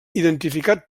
identificat